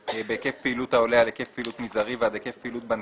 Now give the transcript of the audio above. בהיקף פעילות העולה על היקף פעילות מזערי ועד היקף פעילות בנקאי,